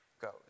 goes